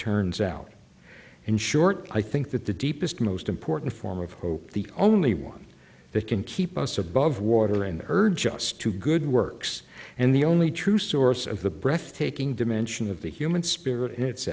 turns out in short i think that the deepest most important form of hope the only one that can keep us above water and urge us to good works and the only true source of the breathtaking dimension of the human spirit